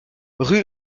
rue